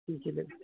কি কি লাগিব